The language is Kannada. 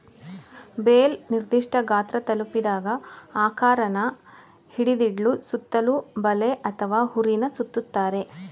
ಬೇಲ್ ನಿರ್ದಿಷ್ಠ ಗಾತ್ರ ತಲುಪಿದಾಗ ಆಕಾರನ ಹಿಡಿದಿಡ್ಲು ಸುತ್ತಲೂ ಬಲೆ ಅಥವಾ ಹುರಿನ ಸುತ್ತುತ್ತಾರೆ